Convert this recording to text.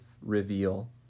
reveal